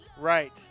Right